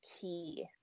key